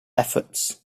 efforts